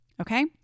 Okay